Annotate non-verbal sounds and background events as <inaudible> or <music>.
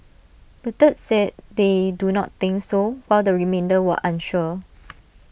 A third said they do not think so but the remainder were unsure <noise>